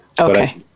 Okay